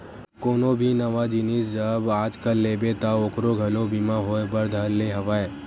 कोनो भी नवा जिनिस जब आजकल लेबे ता ओखरो घलो बीमा होय बर धर ले हवय